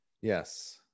yes